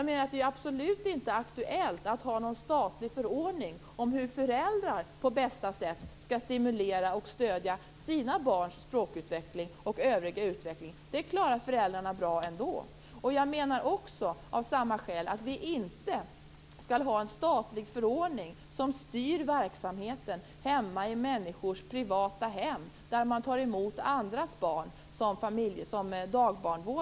Det är absolut inte aktuellt med någon statlig förordning om hur föräldrar på bästa sätt skall stimulera och stödja sina barns språkutveckling och övriga utveckling. Det klarar föräldrarna bra ändå. Av samma skäl skall vi heller inte ha någon statlig förordning som styr verksamheten i människors privata hem, där man som dagbarnvårdare tar emot andras barn.